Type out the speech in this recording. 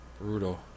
Brutal